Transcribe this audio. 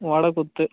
Vadakkuthu